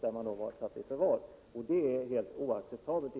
Enligt vår mening är detta helt oacceptabelt.